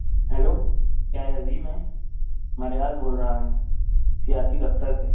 hello کیا یہ عظیم ہے میں ریاض بول رہا ہے سیاسی دفتر سے